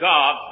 God